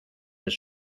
his